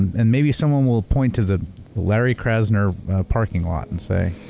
and maybe someone will point to the larry krasner parking lot and say.